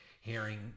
hearing